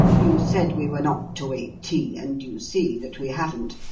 you said we were not to wait tea, and you see that we haven't.